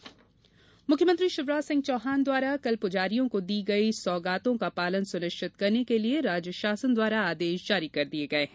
प्जारी मानदेय मुख्यमंत्री शिवराज सिंह चौहान द्वारा कल पुजारियों को दी गई सौगातों का पालन सुनिश्चित करने के लिये राज्य शासन द्वारा आदेश जारी कर दिये गये हैं